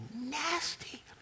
nasty